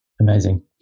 Amazing